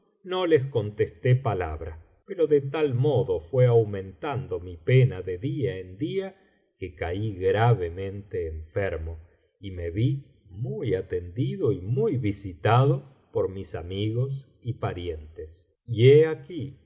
no les contesté palabra pero de tal modo fué aumentando mi pena de día en día que caí gravemente enfermo y me vi muy atendido y muy visitado por mis amigos y parientes y lie aquí